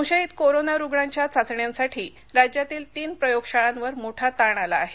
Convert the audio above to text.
संशयित कोरोना रुग्णांच्या चाचण्यांसाठी राज्यातील तीन प्रयोगशाळांवर मोठा ताण आला आहे